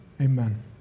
Amen